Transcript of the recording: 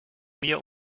mir